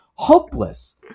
hopeless